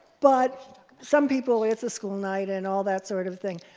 but some people it's a school night, and all that sort of thing.